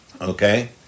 Okay